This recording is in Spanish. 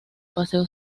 paseo